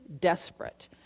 desperate